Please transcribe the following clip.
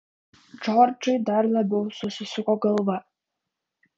džordžai dar labiau susisuko galva